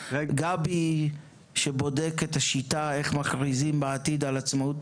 וגבי שבודק את השיטה איך מכריזים בעתיד על עצמאות